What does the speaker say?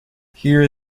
here